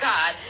God